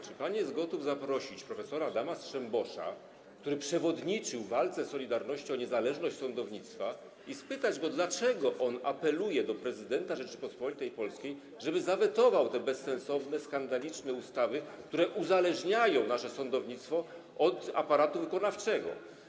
Czy jest pan gotów zaprosić prof. Adama Strzembosza, który przewodniczył walce „Solidarności” o niezależność sądownictwa, i spytać go, dlaczego on apeluje do prezydenta Rzeczypospolitej Polskiej, żeby zawetował te bezsensowne, skandaliczne ustawy, które uzależniają nasze sądownictwo od aparatu wykonawczego?